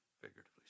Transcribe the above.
figuratively